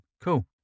Cool